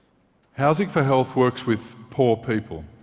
housing for health works with poor people.